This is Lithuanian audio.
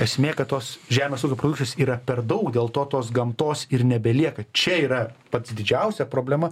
esmė kad tos žemės ūkio produkcijos yra per daug dėl to tos gamtos ir nebelieka čia yra pats didžiausia problema